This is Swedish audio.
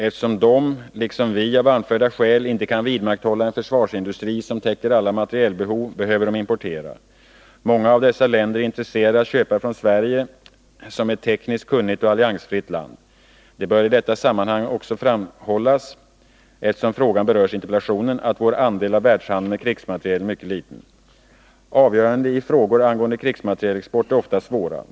Eftersom de liksom vi av anförda skäl inte kan vidmakthålla en försvarsindustri som täcker alla materielbehov behöver de importera. Många av dessa länder är intresserade avatt köpa från Sverige som ett tekniskt kunnigt och alliansfritt land. Det bör i detta sammanhang också framhållas — eftersom frågan berörs i interpellationen — att vår andel av världshandeln med krigsmateriel är mycket liten. Avgöranden i frågor angående vår krigsmaterielexport är ofta svåra.